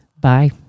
Bye